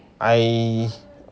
I